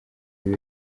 bibe